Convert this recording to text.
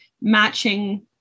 matching